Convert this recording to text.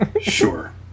Sure